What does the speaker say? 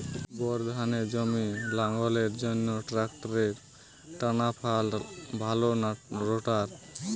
Bore ধানের জমি লাঙ্গলের জন্য ট্রাকটারের টানাফাল ভালো না রোটার?